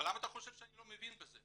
למה אתה חושב שאני לא מבין בזה?